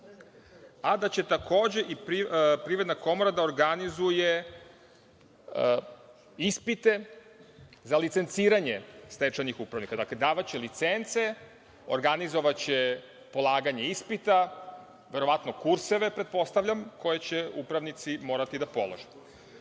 a da će takođe i Privredna komora da organizuje ispite za licenciranje stečajnih upravnika. Dakle, davaće licence, organizovaće polaganje ispita, verovatno kurseve, pretpostavljam, koje će upravnici morati da polažu. Imam